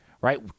right